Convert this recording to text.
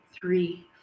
three